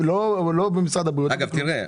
לא במשרד הבריאות ולא ב --- תראה,